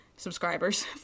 Subscribers